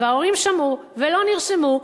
ההורים שמעו ולא נרשמו.